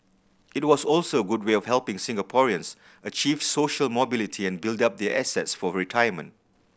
it was also a good way of helping Singaporeans achieve social mobility and build up their assets for retirement